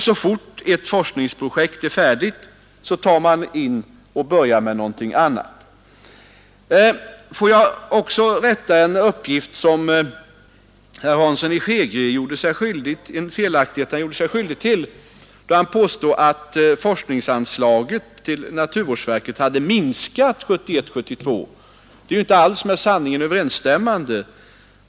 Så fort ett forskningsprojekt är färdigt börjar man med någonting annat. Får jag också rätta en felaktig uppgift som herr Hansson i Skegrie lämnade då han påstod att forskningsanslaget till naturvårdsverket hade minskat 1971/72. Det är inte alls med sanningen överensstämmande.